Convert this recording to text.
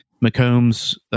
Macomb's